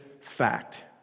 fact